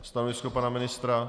Stanovisko pana ministra?